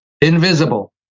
Invisible